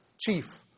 Chief